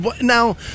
Now